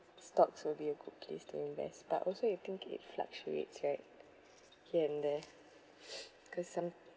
stocks will be a good place to invest but also you think it fluctuates right here and there because some